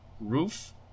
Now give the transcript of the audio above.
roof